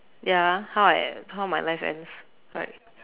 ya how I how my life ends correct